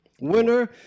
Winner